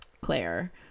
Claire